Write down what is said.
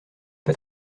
pas